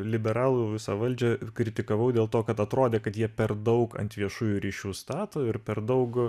liberalų visą valdžią ir kritikavau dėl to kad atrodė kad jie per daug ant viešųjų ryšių stato ir per daug